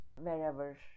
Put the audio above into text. wherever